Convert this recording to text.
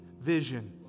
vision